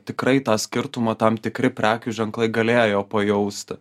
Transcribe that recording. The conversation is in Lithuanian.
tikrai tą skirtumą tam tikri prekių ženklai galėjo pajausti